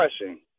refreshing